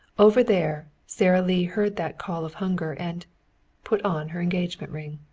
over there sara lee heard that call of hunger, and put on her engagement ring.